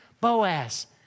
Boaz